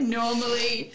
normally